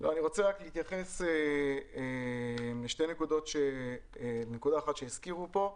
אני רוצה רק להתייחס לשתי נקודות כאשר נקודה אחת הוזכרה כאן.